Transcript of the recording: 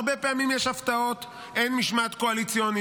הרבה פעמים יש הפתעות, אין משמעת קואליציונית.